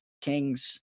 Kings